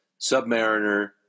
Submariner